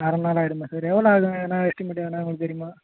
அரை மணி நேரம் ஆகிடுமா சார் எவ்வளோ ஆகும் எதனால் எஸ்டிமேட் எதனால் உங்களுக்கு தெரியுமா